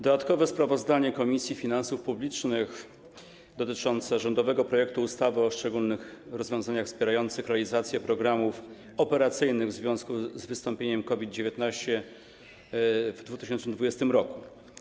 Dodatkowe sprawozdanie Komisji Finansów Publicznych dotyczące rządowego projektu ustawy o szczególnych rozwiązaniach wspierających realizację programów operacyjnych w związku z wystąpieniem COVID-19 w 2020 r.